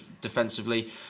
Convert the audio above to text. defensively